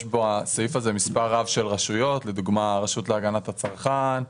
בסעיף הזה מספר רב של רשויות כמו לדוגמה הרשות להגנת הצרכן,